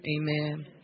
Amen